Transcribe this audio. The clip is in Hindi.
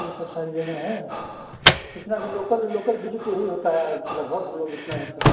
ये सब सारी जगह है कितना भी लोकल लोकल बिजिट यही होता है लगभग हम लोग इतना ही सब